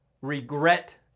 Regret